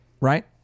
right